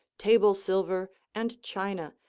table silver and china,